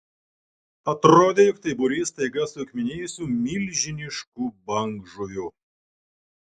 atrodė jog tai būrys staiga suakmenėjusių milžiniškų bangžuvių